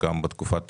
גם בתקופת